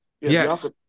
yes